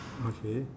okay